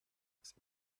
exit